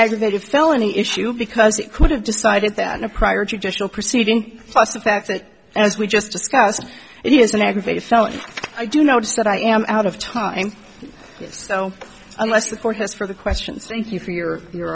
aggravated felony issue because he could have decided that in a prior judicial proceeding plus the fact that as we just discussed it is an aggravated felony i do notice that i am out of time so unless the court has for the questions thank you for your your